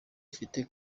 ufite